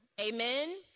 Amen